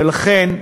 ולכן,